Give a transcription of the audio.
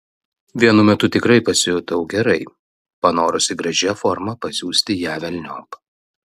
vienu metu tikrai pasijutau gerai panorusi gražia forma pasiųsti ją velniop